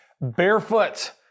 barefoot